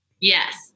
Yes